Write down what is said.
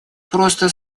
просто